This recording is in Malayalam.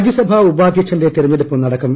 രാജ്യസഭാ ഉപാദ്ധ്യക്ഷന്റെ തെരഞ്ഞെടുപ്പും നടക്കും